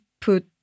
put